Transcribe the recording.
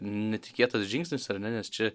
netikėtas žingsnis ar ne nes čia